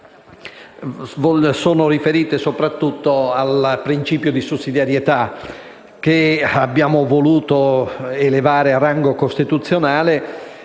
sono riferite al principio di sussidiarietà che abbiamo voluto elevare a rango costituzionale